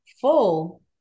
full